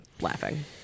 laughing